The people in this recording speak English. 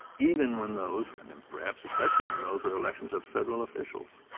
even when those, and and perhaps especially when those are elections of federal officials.